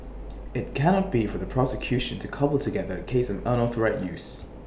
IT cannot be for the prosecution to cobble together A case of unauthorised use